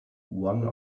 one